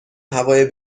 هوای